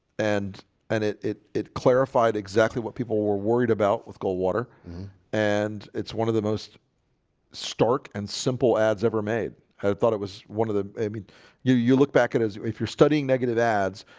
and and it it it clarified exactly what people were worried about with goldwater and it's one of the most stark and simple ads ever made i thought it was one of the i mean you you look back at his if you're studying negative ads.